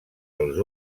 els